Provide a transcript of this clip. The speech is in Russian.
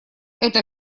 это